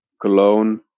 Cologne